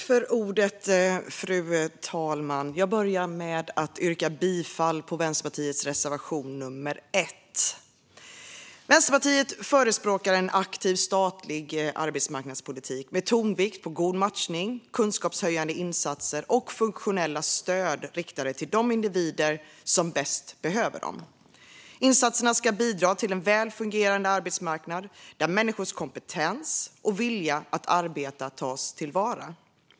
Fru talman! Jag börjar med att yrka bifall till Vänsterpartiets reservation 1. Vänsterpartiet förespråkar en aktiv statlig arbetsmarknadspolitik med tonvikt på god matchning, kunskapshöjande insatser och funktionella stöd riktade till de individer som bäst behöver dem. Insatserna ska bidra till en väl fungerande arbetsmarknad där människors kompetens och vilja att arbeta tas till vara.